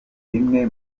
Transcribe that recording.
bimwe